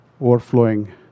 overflowing